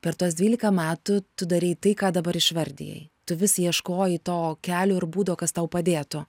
per tuos dvylika metų tu darei tai ką dabar išvardijai tu vis ieškojai to kelio ir būdo kas tau padėtų